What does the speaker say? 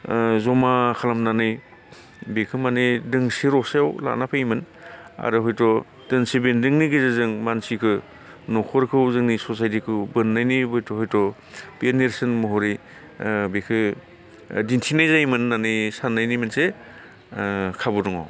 ओ जमा खालामनानै बिखौ माने दोंसे रसायाव लाना फैयोमोन आरो हयथ' दोंसे बेंदोंनि गेजेरजों मानसिखो न'खरखौ जोंनि सयसायटिखौ बोननायनि हयथ' बे नेरसोन महरै ओ बेखो दिन्थिनाय जायोमोन होननानै साननायनि मोनसे ओ खाबु दङ